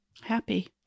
Happy